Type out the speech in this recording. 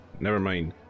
Nevermind